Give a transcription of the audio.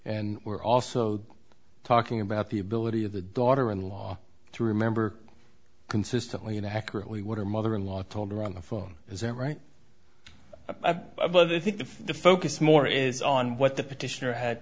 and we're also talking about the ability of the daughter in law to remember consistently and accurately what her mother in law told her on the phone is that right well the think that the focus more is on what the petitioner had